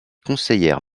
conseillère